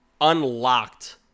unlocked